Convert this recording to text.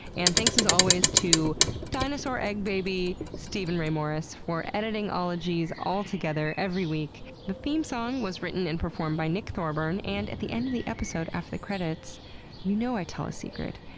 and thanks as always to dinosaur egg baby steven ray morris for editing ologies all together every week. the theme song was written and performed by nick thorburn. and at the end of the episode after the credits you know i tell a secret,